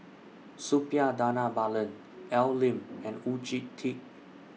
Suppiah Dhanabalan Al Lim and Oon Jin Teik